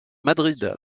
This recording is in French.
madrid